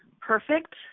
perfect